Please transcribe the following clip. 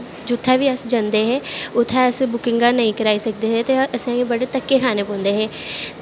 जित्थें बी अस जंदे हे बुकिंगां नेंई कराई सकदे हे ते असैं बड़े घक्के खानें पौंदे हे